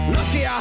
Lucky